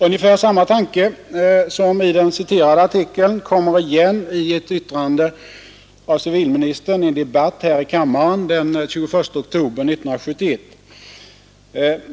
Ungefär samma tanke som i den citerade artikeln kommer igen i ett yttrande av civilministern i en debatt här i kammaren den 21 oktober 1971.